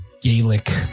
Gaelic